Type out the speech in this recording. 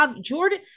Jordan